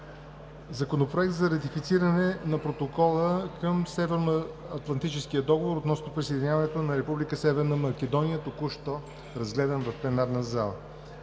Законопроект за ратифициране на Протокола към Северноатлантическия договор относно присъединяването на Република Северна Македония – току-що разгледан в пленарната зала.